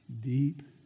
deep